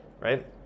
right